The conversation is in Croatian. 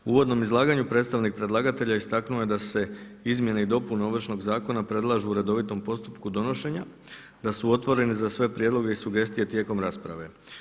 U uvodnom izlaganju predstavnik predlagatelja istaknuo je da se izmjene i dopune Ovršnog zakona predlažu u redovitom postupku donošenja, da su otvoreni za sve prijedloge i sugestije tijekom rasprave.